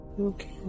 Okay